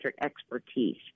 expertise